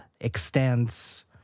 extends